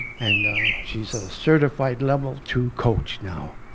and she's a certified level two coach now.